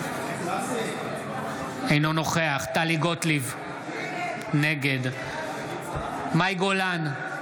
אינו נוכח טלי גוטליב, נגד מאי גולן,